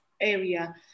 area